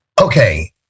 Okay